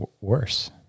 worse